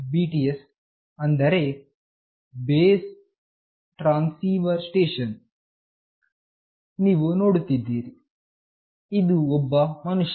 BTS ಅಂದರೆ base transceiver station ನೀವು ನೋಡುತ್ತಿದ್ದೀರಿ ಇದು ಒಬ್ಬ ಮನುಷ್ಯ